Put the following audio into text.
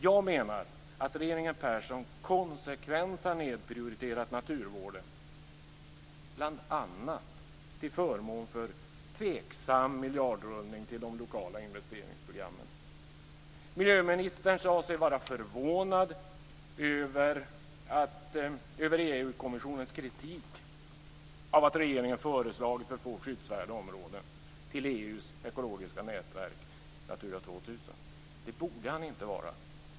Jag menar att regeringen Persson konsekvent har nedprioriterat naturvården bl.a. till förmån för tveksam miljardrullning till de lokala investeringsprogrammen. Miljöministern sade sig vara förvånad över EU kommissionens kritik av att regeringen föreslagit för få skyddsvärda områden till EU:s ekologiska nätverk Natura 2000. Det borde han inte vara.